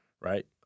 right